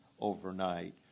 overnight